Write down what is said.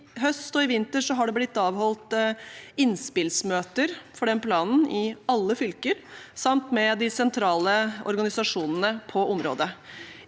I høst og i vinter har det blitt avholdt innspillsmøter for den planen i alle fylker samt med de sentrale organisasjonene på området.